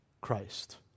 Christ